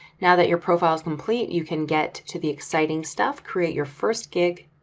now that your profile is complete, you can get to the exciting stuff, create your first gig.